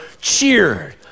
cheered